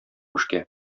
эшкә